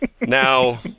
Now